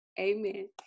amen